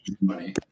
money